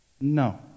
no